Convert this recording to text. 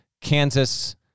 Kansas